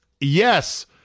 yes